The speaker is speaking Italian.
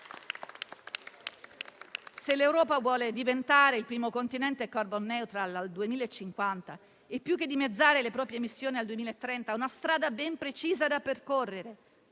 Se l'Europa vuole diventare il primo continente *carbon neutral* al 2050 e più che dimezzare le proprie emissioni al 2030 ha una strada ben precisa da percorrere,